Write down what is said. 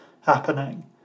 happening